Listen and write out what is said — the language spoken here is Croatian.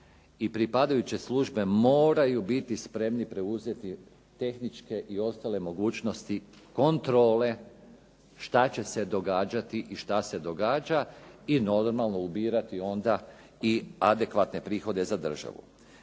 i pripadajuće službe moraju biti spremni preuzeti tehničke i ostale mogućnosti kontrole što će se događati i što se događa i normalno ubirati onda adekvatne prihode za državu.